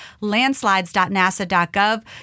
landslides.nasa.gov